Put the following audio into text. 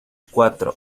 cuatro